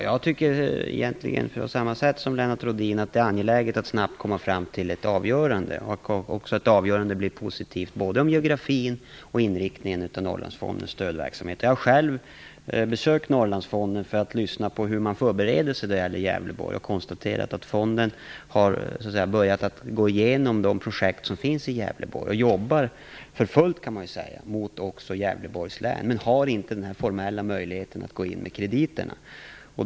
Fru talman! Jag tycker, precis som Lennart Rohdin, att det är angeläget att snabbt komma fram till ett avgörande och att det avgörandet blir positivt både geografiskt och när det gäller inriktningen av Jag har själv besökt Norrlandsfonden för att lyssna på hur man förbereder sig när det gäller Gävleborgs län, och jag konstaterar att fonden börjat gå igenom projekt som finns där. Man jobbar för fullt mot Gävleborgs län men har inte formellt möjlighet att gå in med krediter.